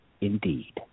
indeed